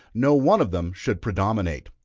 no one of them should predominate.